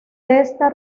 testa